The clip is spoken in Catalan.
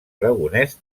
aragonès